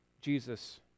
Jesus